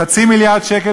חצי מיליארד שקל,